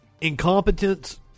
Incompetence